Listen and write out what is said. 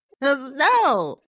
no